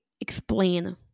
explain